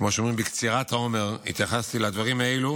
כמו שאומרים, בקצירת האומר התייחסתי לדברים האלה,